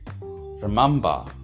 remember